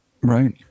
right